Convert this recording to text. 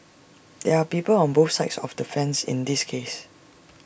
there are people on both sides of the fence in this case